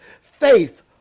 faith